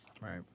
Right